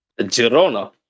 Girona